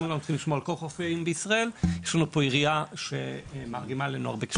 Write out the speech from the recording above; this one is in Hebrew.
פה עירייה שמערימה עלינו הרבה קשיים.